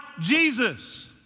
Jesus